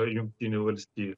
jungtinių valstijų